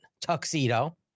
tuxedo